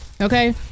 okay